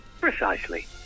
precisely